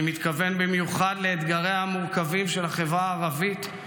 אני מתכוון במיוחד לאתגריה המורכבים של החברה הערבית,